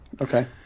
Okay